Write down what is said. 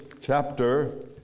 chapter